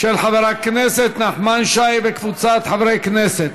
של חבר הכנסת נחמן שי וקבוצת חברי הכנסת.